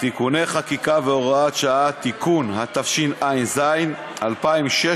(תיקוני חקיקה והוראות שעה) (תיקון), התשע"ז 2016,